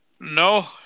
No